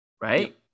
right